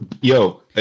yo